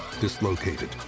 dislocated